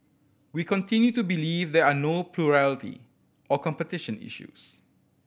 we continue to believe there are no plurality or competition issues